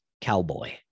cowboy